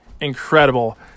incredible